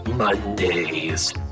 Mondays